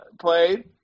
played